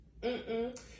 Mm-mm